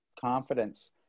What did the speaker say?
Confidence